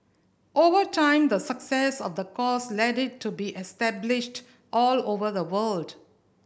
over time the success of the course led it to be established all over the world